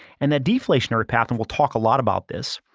and the deflationary path, and we'll talk a lot about this,